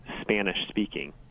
Spanish-speaking